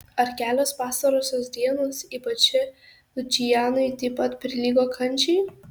ar kelios pastarosios dienos ypač ši lučianui taip pat prilygo kančiai